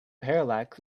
parallax